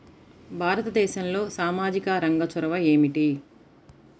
భారతదేశంలో సామాజిక రంగ చొరవ ఏమిటి?